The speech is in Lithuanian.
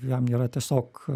jam yra tiesiog